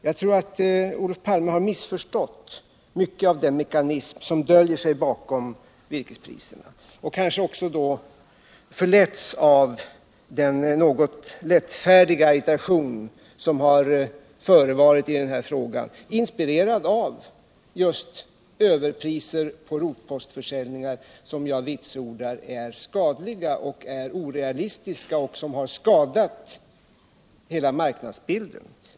Jag tror att Olof Palme har missförstått mycket av den mekanism som döljer sig bakom virkespriserna, och kanske också förletts av den något lättfärdiga argumentation som har förevarit i denna fråga, inspirerad av just överpriser vid rotpostförsäljningar som jag vitsordar är skadliga och orealistiska —de har skadat hela marknadsbilden.